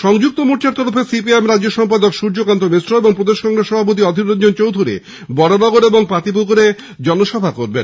সংযুক্ত মোর্চার তরফে সিপিআইএম রাজ্য সম্পাদক সূর্যকান্ত মিশ্র এবং প্রদেস কংগ্রেস সভাপতি অধীর রঞ্জন চৌধুরী বরানগর ও পাতিপুকুরে জনসভায় যোগ দেবেন